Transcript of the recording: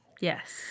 Yes